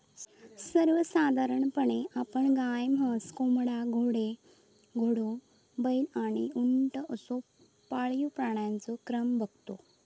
सर्वसाधारणपणे आपण गाय, म्हस, बोकडा, घोडो, बैल आणि उंट असो पाळीव प्राण्यांचो क्रम बगतो